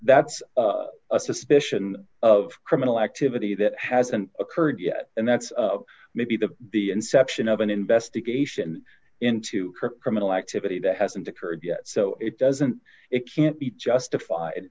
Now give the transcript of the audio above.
that's a suspicion of criminal activity that hasn't occurred yet and that's maybe the inception of an investigation into criminal activity that hasn't occurred yet so it doesn't it can't be justified